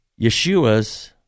Yeshua's